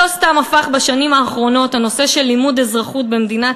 לא סתם הפך בשנים האחרונות לימוד אזרחות במדינת